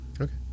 Okay